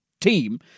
team